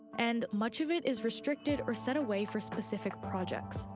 and much of it is restricted or set away for specific projects.